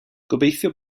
gobeithio